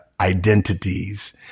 identities